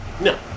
No